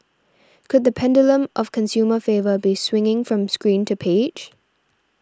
could the pendulum of consumer favour be swinging from screen to page